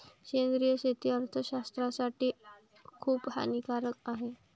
सेंद्रिय शेती अर्थशास्त्रज्ञासाठी खूप हानिकारक आहे